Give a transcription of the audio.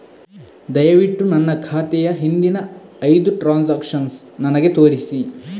ದಯವಿಟ್ಟು ನನ್ನ ಖಾತೆಯ ಹಿಂದಿನ ಐದು ಟ್ರಾನ್ಸಾಕ್ಷನ್ಸ್ ನನಗೆ ತೋರಿಸಿ